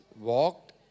walked